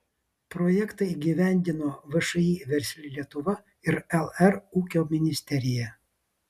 projektą įgyvendino všį versli lietuva ir lr ūkio ministerija